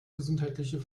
gesundheitliche